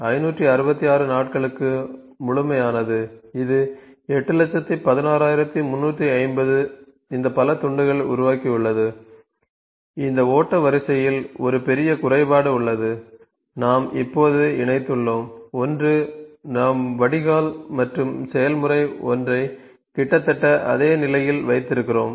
566 நாட்களுக்கு முழுமையானது இது 816350 இந்த பல துண்டுகளை உருவாக்கியுள்ளது இந்த ஓட்ட வரிசையில் ஒரு பெரிய குறைபாடு உள்ளது நாம் இப்போது இணைத்துள்ளோம் ஒன்று நாம் வடிகால் மற்றும் செயல்முறை 1ஐ கிட்டத்தட்ட அதே நிலையில் வைத்திருக்கிறோம்